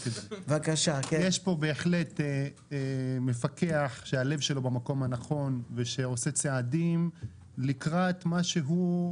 ישבתי יחד עם המפקח והגענו למסקנה בהסכמה לענין הזה שתבוטל